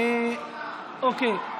אוקיי.